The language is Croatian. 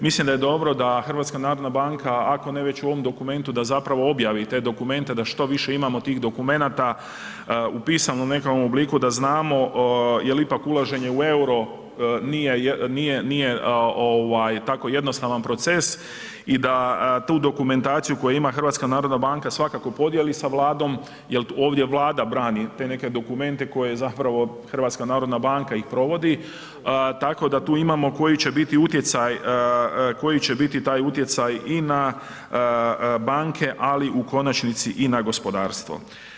Mislim da je dobro da HNB ako ne već u ovom dokumentu, da zapravo objavi te dokumente da što više imamo tih dokumenata upisanom nekakvom obliku da znamo jer ipak ulaženje u euro nije tako jednostavan proces i da tu dokumentaciju koju ima HNB svakako podijeli sa Vladom jer ovdje Vlada brani te neke dokumente koje zapravo HNB ih provodi, tako da tu imamo koji će biti taj utjecaj i na banke ali u konačnici i na gospodarstvo.